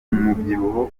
umubyibuho